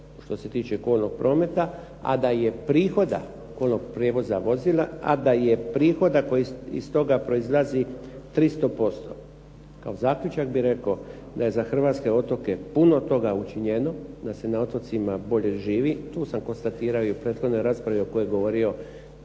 što se tiče kolnog prometa, a da je prihoda kolnog prijevoza vozila, a da je prihoda koji iz toga proizlazi 300%. Kao zaključak bih rekao da je za hrvatske otoke puno toga učinjeno, da se na otocima bolje živi. Tu sam konstatirao i u prethodnoj raspravi o kojoj je govorio